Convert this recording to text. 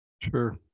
Sure